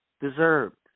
Deserved